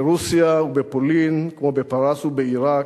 ברוסיה ובפולין כמו בפרס ובעירק,